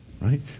Right